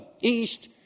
east